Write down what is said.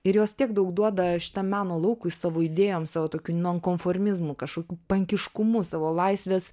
ir jos tiek daug duoda šitam meno laukui savo idėjom savo tokiu nonkonformizmu kažkokiu pankiškumu savo laisvės